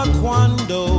cuando